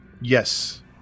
Yes